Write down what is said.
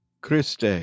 Christe